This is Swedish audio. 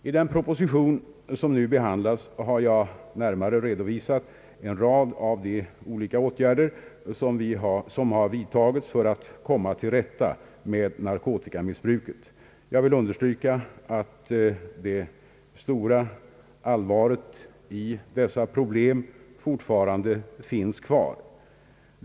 I den proposition som nu behandlas har jag närmare redovisat en rad av de olika åtgärder som har vidtagits för att komma till rätta med narkotikamissbruket. Jag vill understryka att det stora allvaret i dessa problem fortfarande finns kvar.